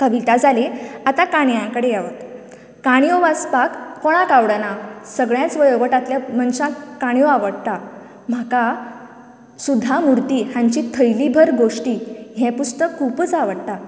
कविता जाली आतां काणयां कडेन येवप काणयो वाचपाक कोणाक आवडना सगळ्याच वयोगटांतल्या लोकांक काणयो आवडटा म्हाका सुद्दां मुर्ती हांची थैली भर गोष्टी हें पुस्तक खुबूच आवडटा